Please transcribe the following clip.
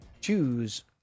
Choose